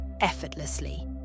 effortlessly